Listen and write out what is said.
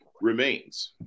remains